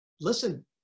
listen